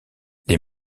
les